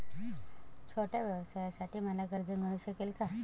छोट्या व्यवसायासाठी मला कर्ज मिळू शकेल का?